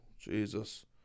Jesus